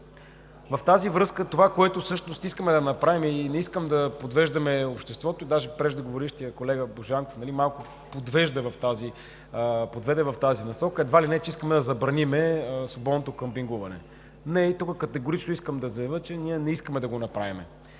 В тази връзка искаме да направим и не искам да подвеждаме обществото – даже преждеговорившият колега Божанков малко подведе в тази насока, едва ли не че искаме да забраним свободното къмпингуване. Не, тук искам категорично за заявя, че ние не искаме да го направим.